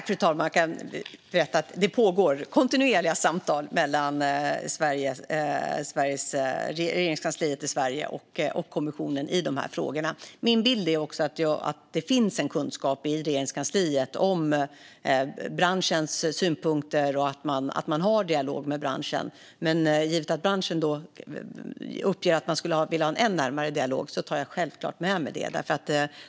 Fru talman! Jag kan berätta att det förs kontinuerliga samtal mellan Regeringskansliet i Sverige och kommissionen i dessa frågor. Min bild är att det finns en kunskap i Regeringskansliet om branschens synpunkter och att man har dialog med branschen. Men givet att branschen uppger att man vill ha en än närmare dialog tar jag självklart med mig det.